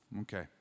Okay